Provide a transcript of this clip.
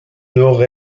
nord